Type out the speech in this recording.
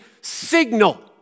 signal